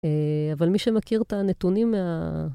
אבל מי שמכיר את הנתונים מה...